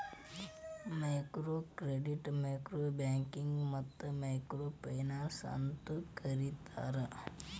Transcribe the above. micro ಕ್ರೆಡಿಟ್ನ micro banking ಮತ್ತ micro finance ಅಂತೂ ಕರಿತಾರ